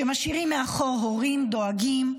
שמשאירים מאחור הורים דואגים,